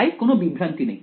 তাই কোনও বিভ্রান্তি নেই